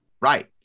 Right